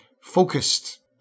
focused